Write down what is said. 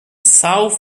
south